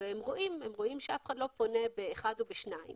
והם רואים אף אחד לא פונה באחד או בשניים